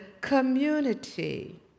community